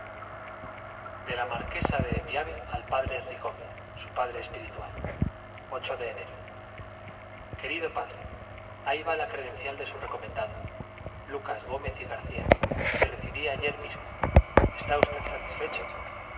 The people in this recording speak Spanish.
de la marquesa de piave al padre bicorne director su padre espiritual de enero querido padre ahí va la credencial de su reco mendado lucas gómez y garcía que recibí ayer mismo está usted satisfecho